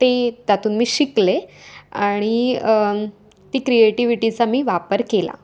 ते त्यातून मी शिकले आणि ती क्रिएटिव्हिटीचा मी वापर केला